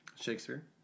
Shakespeare